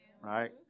right